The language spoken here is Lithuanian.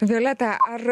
violeta ar